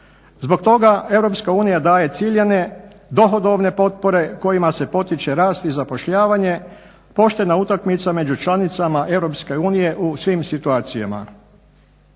unija daje ciljane dohodovne potpore kojima se potiče rast i zapošljavanje, poštena utakmica među članicama Europske unije u svim situacijama.